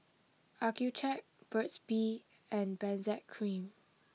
Accucheck Burt's bee and Benzac cream